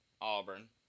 Auburn